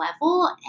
level